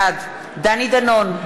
בעד דני דנון,